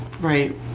Right